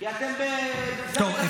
כי אתם --- השמדת ערך טוטלית.